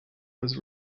was